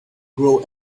grow